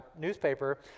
newspaper